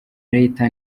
leta